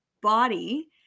body